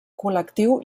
col·lectiu